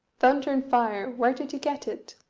thunder and fire! where did you get it?